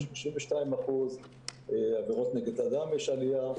עלייה של 32% - בעבירות נגד אדם יש עלייה,